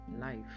life